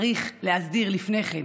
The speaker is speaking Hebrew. צריך להסדיר לפני כן,